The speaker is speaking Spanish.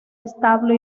establo